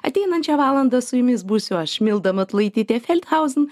ateinančią valandą su jumis būsiu aš milda matulaitytė feldhausen